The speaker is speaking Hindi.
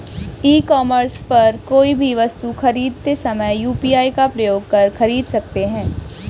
ई कॉमर्स पर कोई भी वस्तु खरीदते समय यू.पी.आई का प्रयोग कर खरीद सकते हैं